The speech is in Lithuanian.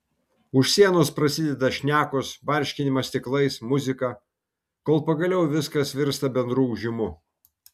už sienos prasideda šnekos barškinimas stiklais muzika kol pagaliau viskas virsta bendru ūžimu